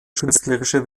künstlerische